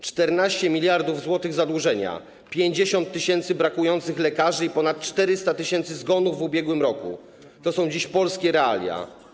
14 mld zł zadłużenia, 50 tys. brakujących lekarzy i ponad 400 tys. zgonów w ubiegłym roku - to są dziś polskie realia.